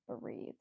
Breathe